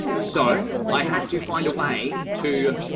so i had to find a way to,